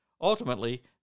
Ultimately